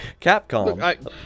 Capcom